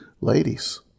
ladies